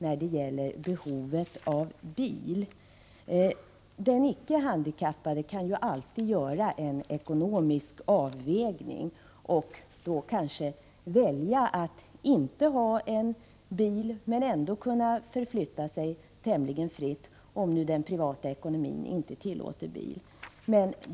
Den icke handikappade kan alltid göra en ekonomisk avvägning, och då kanske välja att inte ha bil men ändå kunna förflytta sig tämligen fritt, om den privata ekonomin inte tillåter bil.